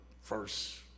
first